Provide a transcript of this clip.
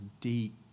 deep